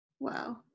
Wow